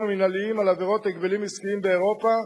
המינהליים על עבירות הגבלים עסקיים באירופה,